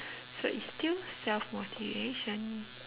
so it's still self motivation